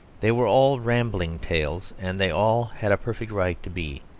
they were all rambling tales and they all had a perfect right to be.